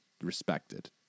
respected